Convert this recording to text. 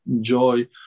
joy